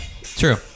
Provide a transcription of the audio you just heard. true